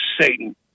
Satan